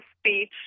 speech